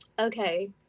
Okay